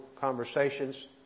conversations